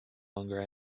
longer